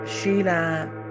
Sheila